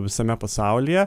visame pasaulyje